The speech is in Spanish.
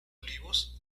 olivos